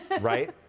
right